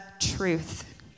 truth